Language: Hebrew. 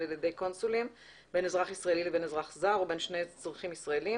על ידי קונסולים בין אזרח ישראלי לבין אזרח זר ובין שני אזרחים ישראלים,